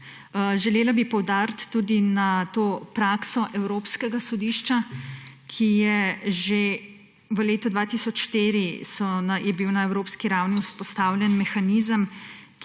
Želela bi poudariti tudi prakso Evropskega sodišča, ko je bil že v letu 2004 na evropski ravni vzpostavljen mehanizem,